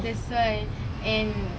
that's why and